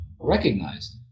recognized